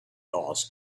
asked